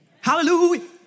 Hallelujah